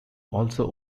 also